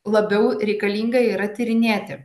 labiau reikalinga yra tyrinėti